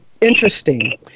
interesting